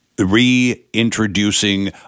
Reintroducing